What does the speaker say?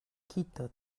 quitte